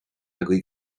agaibh